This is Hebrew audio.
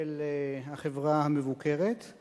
של החברה המבוקרת;